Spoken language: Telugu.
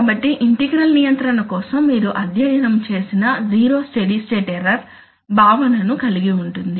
కాబట్టి ఇంటిగ్రల్ నియంత్రణ కోసం మీరు అధ్యయనం చేసిన జీరో స్టడీ స్టేట్ ఎర్రర్ భావన ను కలిగి ఉంటుంది